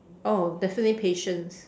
oh definitely patience